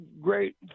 great